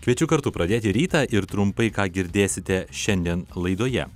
kviečiu kartu pradėti rytą ir trumpai ką girdėsite šiandien laidoje